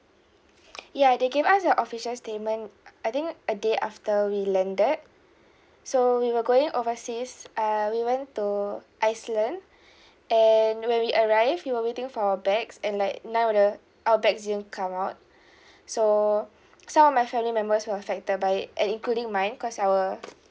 ya they gave us a official statement I think a day after we landed so we were going overseas err we went to iceland and when we arrived we were waiting for our bags and like none of the our bags didn't come out so some of my family members were affected by it and including mine cause our